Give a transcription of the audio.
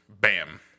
Bam